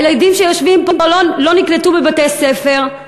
הילדים שיושבים פה לא נקלטו בבתי-ספר.